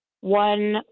one